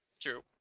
True